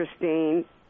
interesting